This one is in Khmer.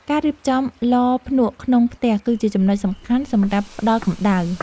ការរៀបចំឡភ្នក់ក្នុងផ្ទះគឺជាចំណុចសំខាន់សម្រាប់ផ្ដល់កម្ដៅ។